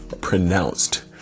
pronounced